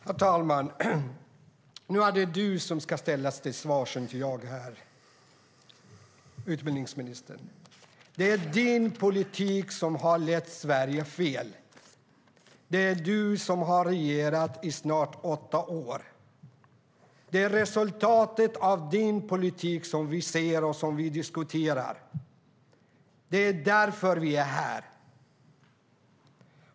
Herr talman! Nu är det du som ska ställas till svars, utbildningsministern, inte jag. Det är din politik som har lett Sverige fel. Det är du som har regerat i snart åtta år. Det är resultatet av din politik som vi ser och som vi diskuterar. Det är därför vi är här.